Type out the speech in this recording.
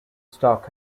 stock